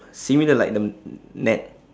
similar like the net